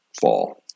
fall